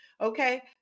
Okay